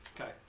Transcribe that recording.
Okay